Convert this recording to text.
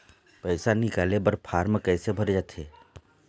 पैसा निकाले बर फार्म कैसे भरे जाथे?